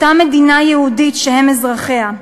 אותה מדינה יהודית שהם אזרחיה,